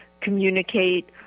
communicate